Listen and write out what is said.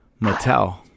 mattel